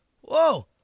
whoa